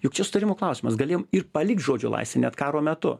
juk čia sutarimo klausimas galėjom ir palikt žodžio laisvę net karo metu